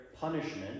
punishment